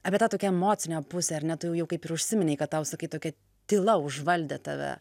apie tą tokią emocinę pusę ar ne tu jau kaip ir užsiminei kad tau sakei tokia tyla užvaldė tave